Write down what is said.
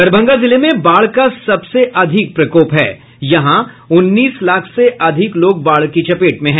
दरभंगा जिले में बाढ़ का प्रकोप सबसे अधिक है यहां उन्नीस लाख से अधिक लोग बाढ़ की चपेट में हैं